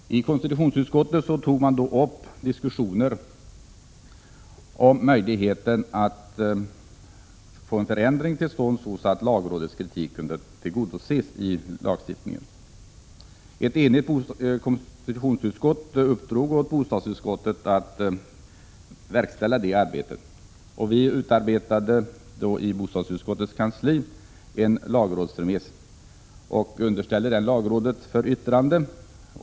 I konstitutionsutskottet togs diskussioner upp om möjligheten att få till stånd en förändring så att lagrådets kritik kunde tillgodoses i lagstiftningen. Ett enigt konstitutionsutskott uppdrog åt bostadsutskottet att verkställa det arbetet. Bostadsutskottets kansli utarbetade då en lagrådsremiss som underställdes lagrådet för yttrande.